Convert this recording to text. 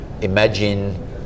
imagine